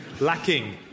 lacking